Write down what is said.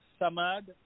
Samad